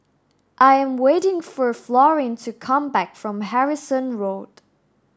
I am waiting for Florine to come back from Harrison Road